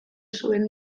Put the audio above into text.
zuen